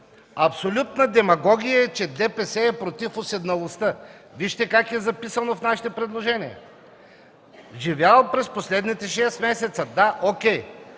Абсолютна демагогия е, че ДПС е против уседналостта. Вижте как е записано в нашите предложения: живял през последните 6 месеца. Да, окей.